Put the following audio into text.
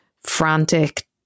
frantic